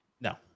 No